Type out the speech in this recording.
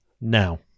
now